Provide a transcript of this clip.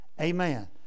Amen